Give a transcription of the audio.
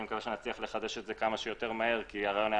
אני מקווה שנצליח לחדש את זה כמה שיותר מהר כי הרעיון היה